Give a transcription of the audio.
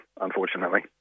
unfortunately